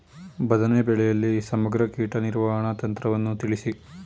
ಬದನೆ ಬೆಳೆಯಲ್ಲಿ ಸಮಗ್ರ ಕೀಟ ನಿರ್ವಹಣಾ ತಂತ್ರವನ್ನು ತಿಳಿಸಿ?